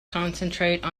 concentrate